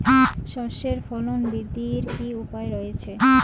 সর্ষের ফলন বৃদ্ধির কি উপায় রয়েছে?